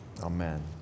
amen